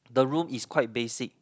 the room is quite basic